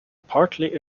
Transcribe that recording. partly